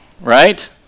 right